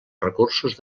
recursos